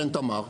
עין תמר,